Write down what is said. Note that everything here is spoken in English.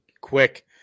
quick